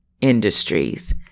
industries